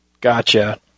Gotcha